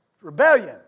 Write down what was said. Rebellion